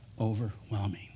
overwhelming